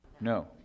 no